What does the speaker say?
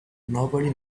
nobody